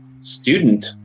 student